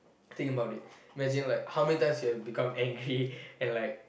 think about it imagine like how many times you have become angry and like